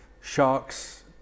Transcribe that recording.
sharks